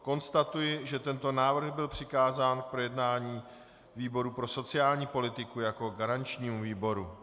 Konstatuji, že tento návrh byl přikázán k projednání výboru pro sociální politiku jako garančnímu výboru.